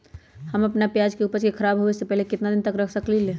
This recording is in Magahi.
हम अपना प्याज के ऊपज के खराब होबे पहले कितना दिन तक रख सकीं ले?